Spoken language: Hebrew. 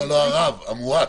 המועט.